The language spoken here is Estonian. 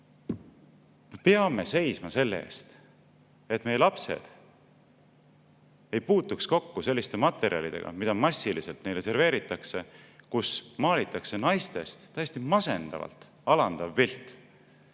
Me peame seisma selle eest, et meie lapsed ei puutuks kokku selliste materjalidega, mida massiliselt neile serveeritakse ja kus maalitakse naistest täiesti masendavalt alandav pilt.